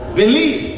believe